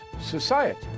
society